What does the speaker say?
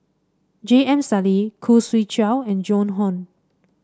J M Sali Khoo Swee Chiow and Joan Hon